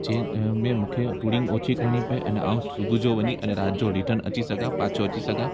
जंहिंमे मूंखे टूरिंग ओची करणी पए अने मां सुबुह जो वञी अने राति जो रिटन अची सघां पचो अची सघां